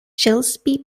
gillespie